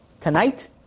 tonight